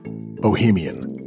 Bohemian